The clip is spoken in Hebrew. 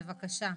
בבקשה.